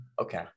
okay